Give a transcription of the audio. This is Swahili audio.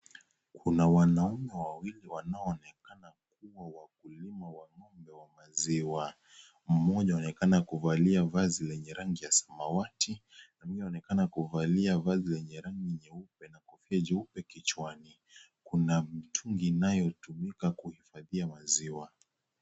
Kuna wanume wawili wanaoonekana kuwa wakulima wa ngombe wa maziwa mmoja anaonekana kuvalia vazi lenye rangi ya samawati aliyeonekana kuvaa vazi ya rangi nyeupe na kofia jeupe kichwani, kuna mitungi inayotumika kuhifadhia maziwa.